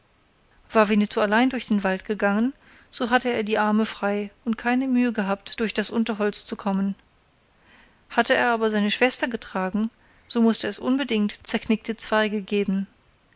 war winnetou allein durch den wald gegangen so hatte er die arme frei und keine mühe gehabt durch das unterholz zu kommen hatte er aber seine schwester getragen so mußte es unbedingt zerknickte zweige geben